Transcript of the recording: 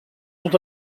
sont